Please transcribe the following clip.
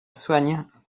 soigne